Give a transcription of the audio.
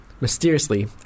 Mysteriously